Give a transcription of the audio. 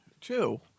Two